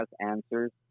answers